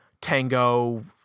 tango